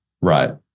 Right